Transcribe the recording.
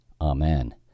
Amen